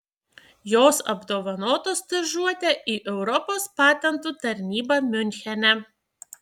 jos apdovanotos stažuote į europos patentų tarnybą miunchene